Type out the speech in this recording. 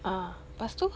ah lepas tu